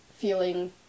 feeling